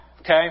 okay